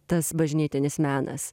tas bažnytinis menas